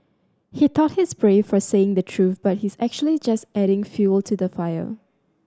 he thought he's brave for saying the truth but he's actually just adding fuel to the fire